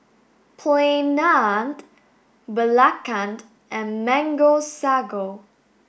Plain Naan Belacan and mango sago